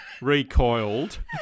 Recoiled